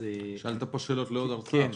שאלת שאלות לעוד הרצאה.